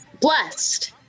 blessed